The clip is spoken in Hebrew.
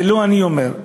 זה לא אני אומר,